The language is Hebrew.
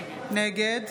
נגד